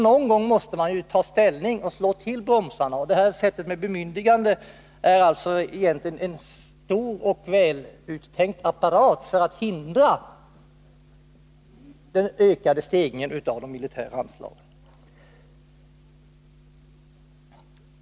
Någon gång måste man ta ställning och slå till bromsarna, och det här sättet med bemyndigande är egentligen en stor och väl uttänkt apparat för att förhindra den ökade stegringen av de militära anslagen.